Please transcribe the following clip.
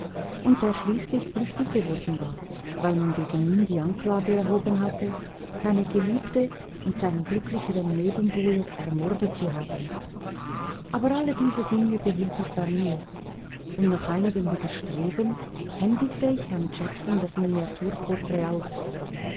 und der schließlich flüchtig geworden war weil man gegen ihn die anklage erhoben hatte seine geliebte und seinen glücklicheren nebenbuhler ermordet zu haben aber alle diese dinge behielt ich bei mir und nach einigem widerstreben händigte ich herrn jackson das miniaturporträt aus